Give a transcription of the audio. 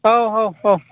औ औ औ